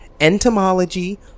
entomology